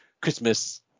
Christmas